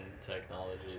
technology